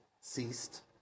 ceased